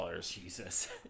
Jesus